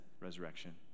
resurrection